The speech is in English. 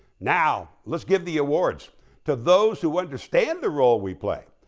now let's give the awards to those who understand the role we play,